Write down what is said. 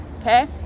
okay